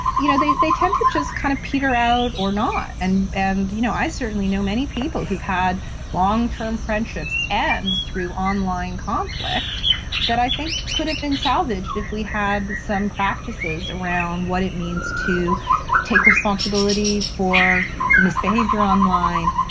you know they they tend to just kind of peter out or not, and and you know i certainly know many people who've had long-term friendships end through online conflict that i think could have been salvaged if we had some practices around what it means to take responsibility for misbehaviour online,